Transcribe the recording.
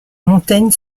montaigne